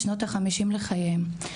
בשנות החמישים לחייהם,